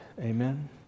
Amen